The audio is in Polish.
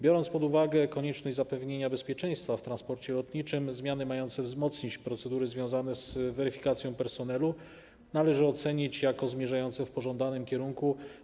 Biorąc pod uwagę konieczność zapewnienia bezpieczeństwa w transporcie lotniczym, zmiany mające wzmocnić procedury związane z weryfikacją personelu należy ocenić jako zmierzające w pożądanym kierunku.